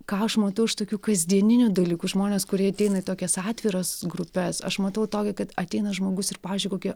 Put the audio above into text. ką aš matau už tokių kasdieninių dalykų žmones kurie ateina į tokias atviras grupes aš matau tokią kad ateina žmogus ir pavyzdžiui kokią